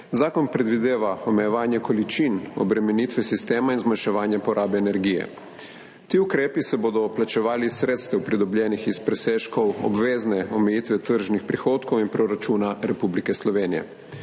Zakon predvideva omejevanje količin obremenitve sistema in zmanjševanje porabe energije. Ti ukrepi se bodo plačevali iz sredstev pridobljenih iz presežkov obvezne omejitve tržnih prihodkov in proračuna Republike Slovenije.